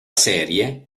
serie